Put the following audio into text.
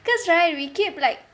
because right we keep like